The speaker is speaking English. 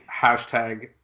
Hashtag